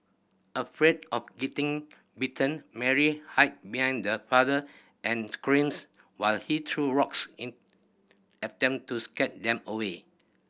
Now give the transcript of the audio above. afraid of getting bitten Mary behind father and screams while he threw rocks in attempt to scare them away